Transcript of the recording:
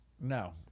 No